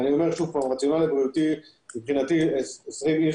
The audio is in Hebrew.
אניע אומר שוב שהרציונל הבריאותי מבחינתי 20 אנשים